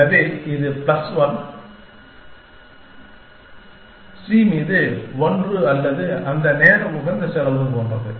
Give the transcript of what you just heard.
எனவே இது 1 plus 1 C மீது 1 அல்லது அந்த நேர உகந்த செலவு போன்றது